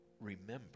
remember